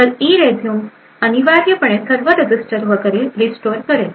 तर इरेझ्युम ERESUME अनिवार्यपणे सर्व रजिस्टर वगैरे रिस्टोअर करेल